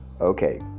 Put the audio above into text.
Okay